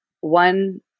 one